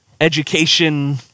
education